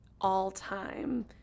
all-time